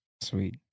Sweet